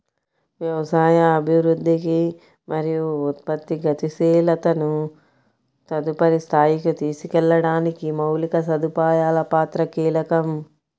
వ్యవసాయ అభివృద్ధికి మరియు ఉత్పత్తి గతిశీలతను తదుపరి స్థాయికి తీసుకెళ్లడానికి మౌలిక సదుపాయాల పాత్ర కీలకం